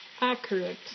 accurate